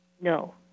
No